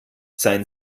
seien